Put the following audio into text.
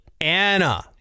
Anna